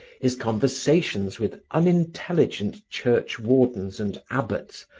his conversations with unintelligent church wardens and abbots,